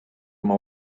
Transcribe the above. oma